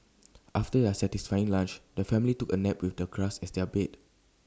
after their satisfying lunch the family took A nap with the grass as their bed